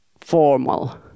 formal